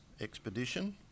expedition